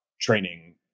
training